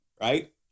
right